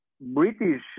British